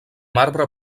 marbre